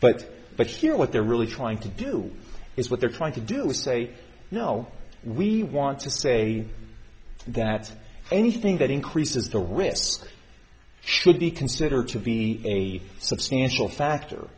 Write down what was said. but but here what they're really trying to do is what they're trying to do is say you know we want to say that anything that increases the risk should be considered to be a substantial factor